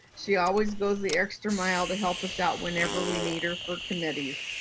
she always goes the extra mile to help us out whenever we need her for committees.